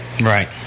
Right